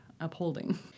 upholding